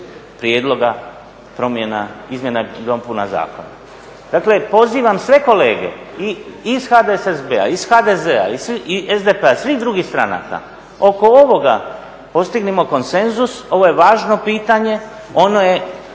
promjena, izmjena i dopuna zakona. Dakle pozivam sve kolege i iz HDSSB-a i iz HDZ-a i SDP-a, svih drugih stranaka, oko ovoga postignimo konsenzus, ovo je važno pitanje, ono je